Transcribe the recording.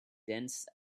dance